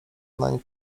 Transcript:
nań